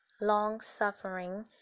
long-suffering